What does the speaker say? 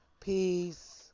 Peace